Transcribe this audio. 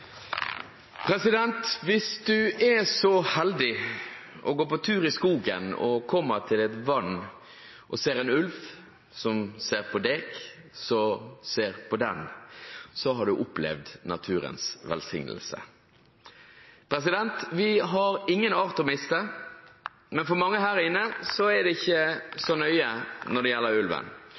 så heldig å gå på tur i skogen og kommer til et vann og ser en ulv som ser på deg, og du ser på den, har du opplevd naturens velsignelse. Vi har ingen arter å miste, men for mange her inne er det ikke så nøye når det gjelder ulven.